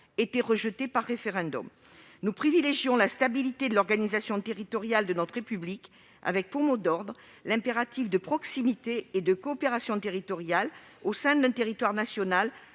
été rejeté par référendum. Nous privilégions la stabilité de l'organisation territoriale de notre République, avec pour mot d'ordre l'impératif de proximité et de coopération territoriale au sein d'un territoire national